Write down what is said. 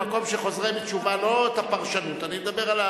במקום שחוזר בתשובה, לא את הפרשנות, אני מדבר על,